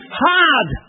hard